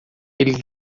ele